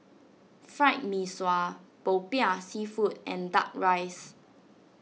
Fried Mee Sua Popiah Seafood and Duck Rice